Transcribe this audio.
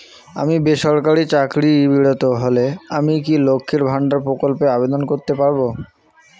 আমি বেসরকারি চাকরিরত হলে আমি কি লক্ষীর ভান্ডার প্রকল্পে আবেদন করতে পারব?